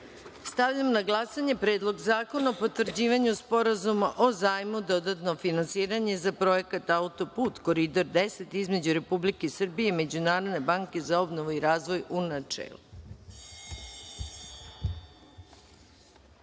zakona. Stavljam na glasanje Predlog zakona o potvrđivanju Sporazuma o zajmu (Dodatno finansiranje projekt autoput Koridor 10) između Republike Srbije i Međunarodne banke za obnovu i razvoj, u